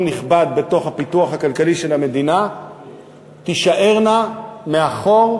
נכבד בתוך הפיתוח הכלכלי של המדינה תישארנה מאחור.